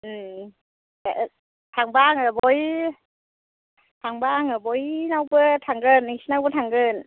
औ थांबा आं थांबा आं बयनावबो थांगोन नोंसोरनावबो थांगोन